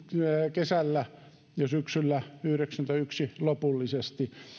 kesällä ja syksyllä yhdeksänkymmentäyksi lopullisesti